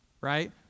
right